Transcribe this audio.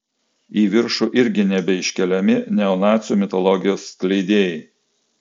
į viršų irgi nebeiškeliami neonacių mitologijos skleidėjai